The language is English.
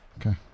okay